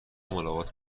ملاقات